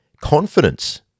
confidence